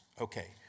Okay